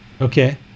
Okay